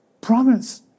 promise